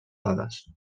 dades